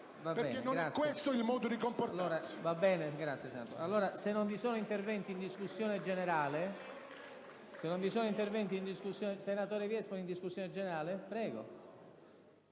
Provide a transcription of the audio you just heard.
perché non è questo il modo di comportarsi!